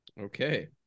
Okay